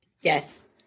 Yes